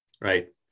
right